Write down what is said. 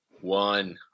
One